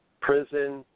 prison